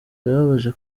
birababaje